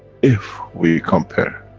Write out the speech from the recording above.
if we compare